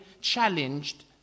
challenged